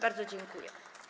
Bardzo dziękuję.